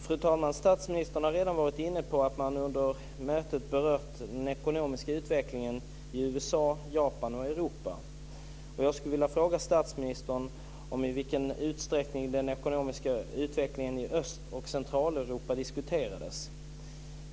Fru talman! Statsministern har redan varit inne på att man under mötet har berört den ekonomiska utvecklingen i USA, Japan och Europa. Jag skulle vilja fråga statsministern i vilken utsträckning den ekonomiska utvecklingen i Öst och Centraleuropa diskuterades.